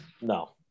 No